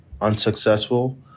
unsuccessful